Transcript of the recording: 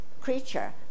creature